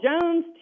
Jones